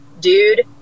dude